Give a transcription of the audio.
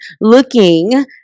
looking